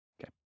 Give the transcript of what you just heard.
Okay